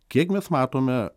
kiek mes matome